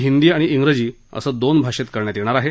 हिंदी आणि इंग्रजी असं दोन भाषेत करण्यात येणार आहे